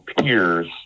peers